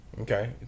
Okay